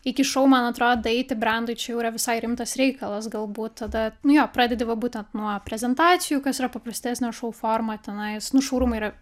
iki šou man atro daeiti brendui čia jau yra visai rimtas reikalas galbūt tada nu jo pradedi va būtent nuo prezentacijų kas yra paprastesnė šou forma tenais nu šou rūmai yra